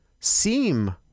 seem